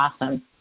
awesome